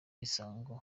usanga